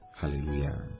Hallelujah